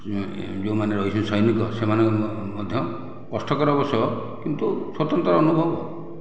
ଯେଉଁମାନେ ରହିଛନ୍ତି ସୈନିକ ସେମାନେ ମଧ୍ୟ କଷ୍ଟକର ଅବଶ୍ୟ କିନ୍ତୁ ସ୍ୱତନ୍ତ୍ର ଅନୁଭବ